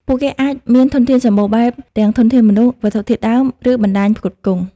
ពួកគេអាចមានធនធានសម្បូរបែប ទាំងធនធានមនុស្ស វត្ថុធាតុដើម ឬបណ្តាញផ្គត់ផ្គង់។